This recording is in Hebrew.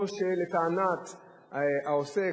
או שלטענת העוסק,